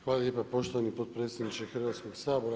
Hvala lijepa poštovani potpredsjedniče Hrvatskog sabora.